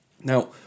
Now